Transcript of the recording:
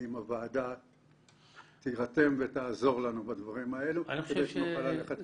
אם הוועדה תירתם ותעזור לנו בדברים האלו כדי שנוכל ללכת קדימה.